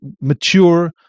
mature